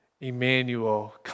Emmanuel